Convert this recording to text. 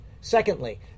secondly